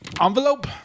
Envelope